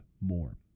more